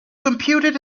computed